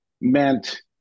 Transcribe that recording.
meant